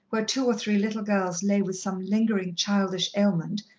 where two or three little girls lay with some lingering childish ailment,